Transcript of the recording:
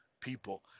people